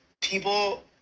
people